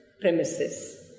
premises